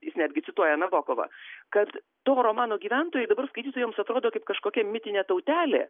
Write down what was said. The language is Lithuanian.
jis netgi cituoja nabokovą kad to romano gyventojai dabar skaitytojams atrodo kaip kažkokia mitinė tautelė